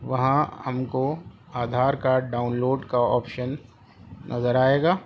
وہاں ہم کو آدھار کاڈ ڈاؤن لوڈ کا آپشن نظر آئے گا